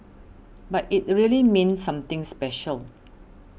but it really means something special